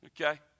okay